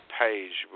page